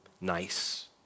nice